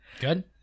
Good